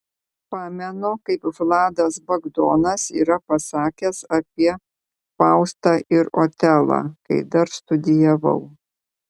pamenu kaip vladas bagdonas yra pasakęs apie faustą ir otelą kai dar studijavau